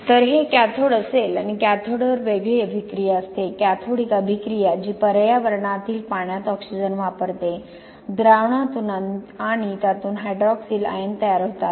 तर हे कॅथोड असेल आणि कॅथोडवर वेगळी अभिक्रिया असते कॅथोडिक अभिक्रिया जी पर्यावरणातील पाण्यात ऑक्सिजन वापरते द्रावणातून आणि त्यातून हायड्रॉक्सिल आयन तयार होतात